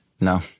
no